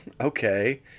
Okay